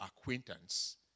acquaintance